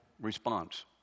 response